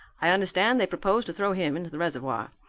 i understand they propose to throw him into the reservoir.